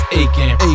aching